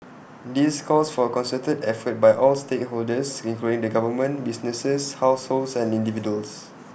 this calls for A concerted effort by all stakeholders including the government businesses households and individuals